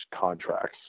contracts